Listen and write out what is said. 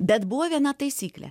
bet buvo viena taisyklė